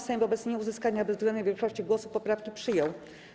Sejm wobec nieuzyskania bezwzględnej większości głosów poprawki przyjął.